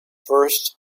first